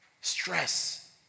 Stress